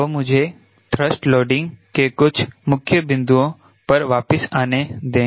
तो मुझे thrust loading के कुछ मुख्य बिंदुओं पर वापिस आने दें